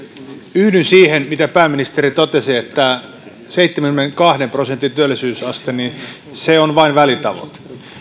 yhdyn siihen mitä pääministeri totesi että seitsemänkymmenenkahden prosentin työllisyysaste on vain välitavoite